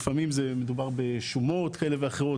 לפעמים מדובר בשומות כאלה ואחרות,